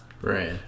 Right